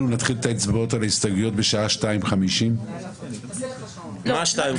אנחנו נתחיל את ההצבעות על ההסתייגויות בשעה 02:50. מה 02:50?